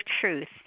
truth